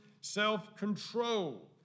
self-control